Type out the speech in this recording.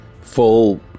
full